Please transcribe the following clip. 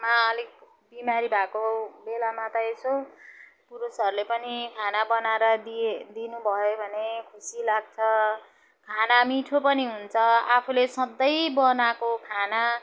मा अलिक बिमारी भएको बेलामा त यसो पुरुषहरूले पनि खाना बनाएर दिए दिनुभयो भने खुसी लाग्छ खाना मिठो पनि हुन्छ आफूले सधैँ बनाएको खाना